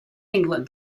england